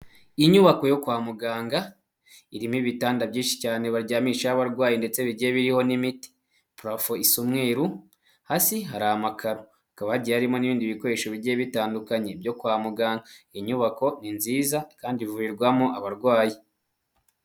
Iyi nyubako yo kwa muganga irimo ibitanda byinshi cyane baryamisha y'abarwayi ndetse bigiye biriho n'imiti prafoto isa umweru hasi hari amakaro kaba hagiye harimo n'ibindi bikoresho bigiye bitandukanye byo kwa muganga inyubako ni nziza kandi ivurirwamo abarwayi.